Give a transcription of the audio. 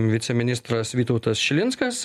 viceministras vytautas šilinskas